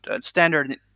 standard